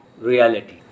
reality